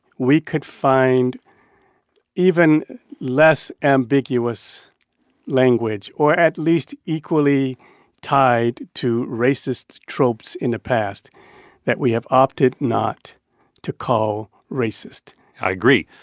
we could find even less ambiguous language, or at least equally tied to racist tropes in the past that we have opted not to call racist i agree.